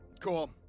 Cool